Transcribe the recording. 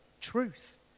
truth